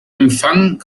empfang